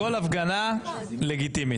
כל הפגנה לגיטימית.